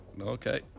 okay